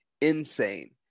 insane